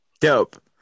Dope